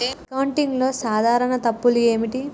అకౌంటింగ్లో సాధారణ తప్పులు ఏమిటి?